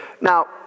Now